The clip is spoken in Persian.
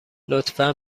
لطفا